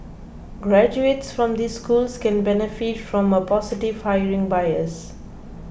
graduates from these schools can benefit from a positive hiring bias